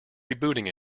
rebooting